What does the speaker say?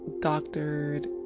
doctored